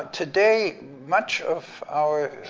today, much of our